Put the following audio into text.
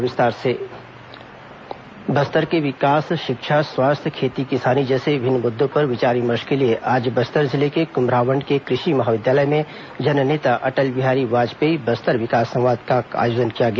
बस्तर विकास संवाद बस्तर के विकास शिक्षा स्वास्थ्य खेती किसानी जैसे विभिन्न मुद्दों पर विचार विमर्श के लिए आज बस्तर जिले के कुम्हरावंड के कृषि महाविद्यालय में जन नेता अटल बिहारी वाजपेयी बस्तर विकास संवाद का आयोजन किया गया